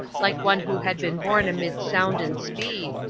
like one who had been born amid sound and speed.